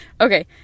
Okay